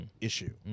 issue